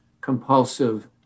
compulsive